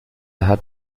hat